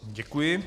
Děkuji.